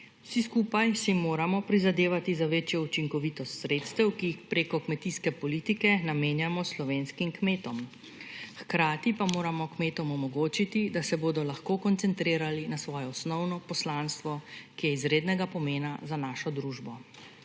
Vsi skupaj si moramo prizadevati za večjo učinkovitost sredstev, ki jih prek kmetijske politike namenjamo slovenskim kmetom. Hkrati pa moramo kmetom omogočiti, da se bodo lahko koncentrirali na svoje osnovno poslanstvo, ki je izrednega pomena za našo družbo.